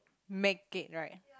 make it right